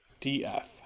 df